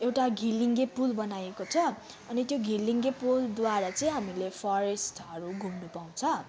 एउटा घिर्लिङ्गे पुल बनाइएको छ अनि त्यो घिर्लिङ्गे पुलद्वारा चाहिँ हामीले फरेस्टहरू घुम्नु पाउँछ